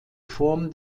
form